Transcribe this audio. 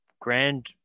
grand